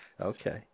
Okay